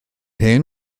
hen